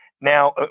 Now